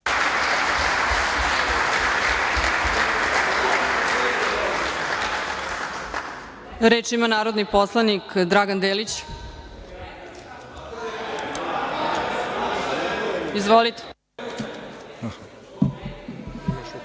Reč ima narodni poslanik Dragan Delić. Izvolite.